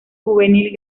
juvenil